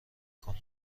کنم